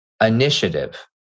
initiative